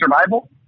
survival